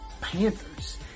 Panthers